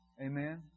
Amen